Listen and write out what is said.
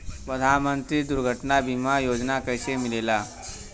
प्रधानमंत्री दुर्घटना बीमा योजना कैसे मिलेला?